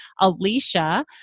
Alicia